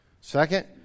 Second